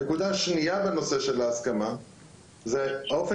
הנקודה השנייה בנושא של ההסכמה זה האופן